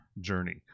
journey